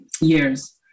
years